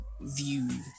view